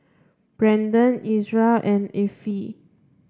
Branden Ezra and Affie